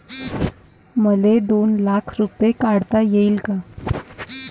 मले दोन लाख रूपे काढता येईन काय?